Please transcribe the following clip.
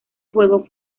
juego